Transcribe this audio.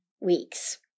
weeks